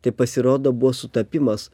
tai pasirodo buvo sutapimas